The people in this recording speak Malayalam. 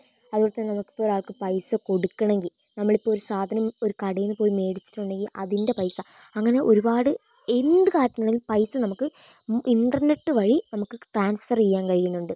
അതുപോലത്തന്നെ നമുക്കൊരാൾക്ക് പൈസ കൊടുക്കണമെങ്കിൽ നമ്മളിപ്പം ഒരു സാധനം ഒരു കടയിൽ നിന്നുപോയി മേടിച്ചിട്ടുണ്ടെങ്കിൽ അതിൻ്റെ പൈസ അങ്ങനെ ഒരുപാട് എന്ത് കാര്യത്തിനാണേലും പൈസ നമുക്ക് ഇൻ്റർനെറ്റ് വഴി നമുക്ക് ട്രാൻസ്ഫറ് ചെയ്യാൻ കഴിയുന്നുണ്ട്